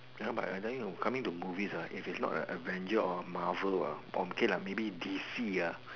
ya but I tell you coming to movies ah if it is not an adventure or Marvel or okay maybe D_C ah